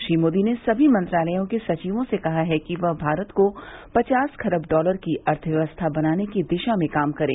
श्री मोदी ने समी मंत्रालयों के सचिवों से कहा कि वह भारत को पचास खरब डॉलर की अर्थव्यवस्था बनाने की दिशा में काम करे